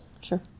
sure